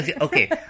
Okay